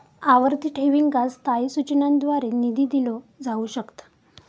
आवर्ती ठेवींका स्थायी सूचनांद्वारे निधी दिलो जाऊ शकता